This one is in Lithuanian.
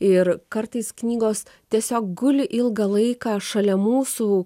ir kartais knygos tiesiog guli ilgą laiką šalia mūsų